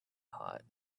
hot